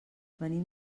venim